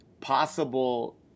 possible